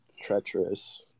treacherous